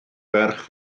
ferch